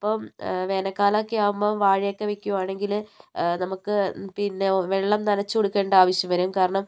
ഇപ്പം വേനൽകാല ഒക്കെ ആവുമ്പോൾ വാഴയൊക്കെ വെക്കു ആണെങ്കിൽ നമുക്ക് പിന്നെ വെള്ളം നനച്ചു കൊടുക്കണ്ട ആവശ്യം വരും കാരണം